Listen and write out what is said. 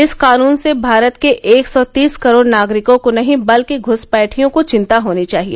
इस कानून से भारत के एक सौ तीस करोड़ नागरिकों को नहीं बल्कि घूसपैठियों को चिन्ता होनी चाहिए